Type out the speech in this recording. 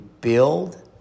build